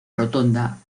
rotonda